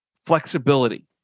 flexibility